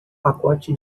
pacote